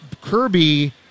Kirby